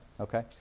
Okay